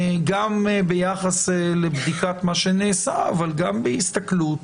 גם ביחס לבדיקת מה שנעשה, אבל גם בהסתכלות